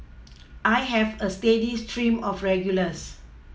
I have a steady stream of regulars